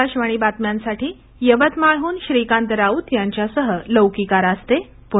आकाशवाणी बातम्यांसाठी यवतमाळहन श्रीकांत राऊत यांच्यासह लौकिका रास्ते प्णे